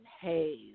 haze